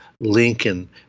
Lincoln